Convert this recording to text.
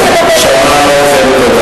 תודה לכם.